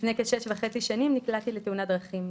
לפני כשש וחצי שנים נקלעתי לתאונת דרכים.